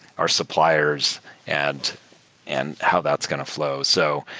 our suppliers and and how that's going to fl ow. so